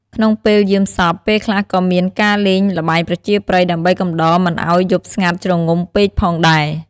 ក្នុងពេលយាមសព ពេលខ្លះក៏មានការលេងល្បែងប្រជាប្រិយដើម្បីកំដរមិនឲ្យយប់ស្ងាត់ជ្រងំពេកផងដែរ។